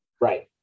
Right